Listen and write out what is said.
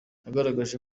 yagaragaje